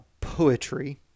poetry